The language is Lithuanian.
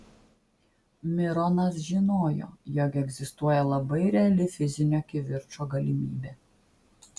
mironas žinojo jog egzistuoja labai reali fizinio kivirčo galimybė